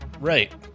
Right